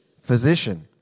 physician